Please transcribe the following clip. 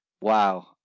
wow